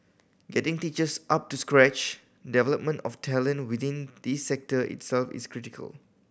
getting teachers up to scratch development of talent within this sector itself is critical